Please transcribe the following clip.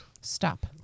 Stop